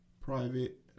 private